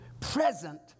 present